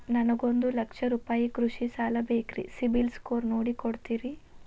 ನನಗೊಂದ ಲಕ್ಷ ರೂಪಾಯಿ ಕೃಷಿ ಸಾಲ ಬೇಕ್ರಿ ಸಿಬಿಲ್ ಸ್ಕೋರ್ ನೋಡಿ ಕೊಡ್ತೇರಿ?